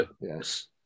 yes